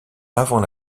avant